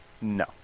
No